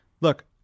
look